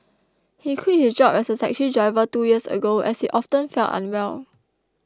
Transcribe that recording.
he quit his job as a taxi driver two years ago as he often felt unwell